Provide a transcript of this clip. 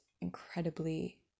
incredibly